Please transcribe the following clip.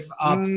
up